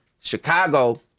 Chicago